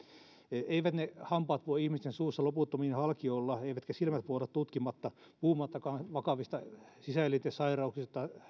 eivät ne hampaat voi ihmisten suussa loputtomiin halki olla eivätkä silmät voi olla tutkimatta puhumattakaan vakavista sisäelinten sairauksista